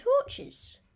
torches